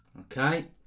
Okay